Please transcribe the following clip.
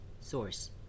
source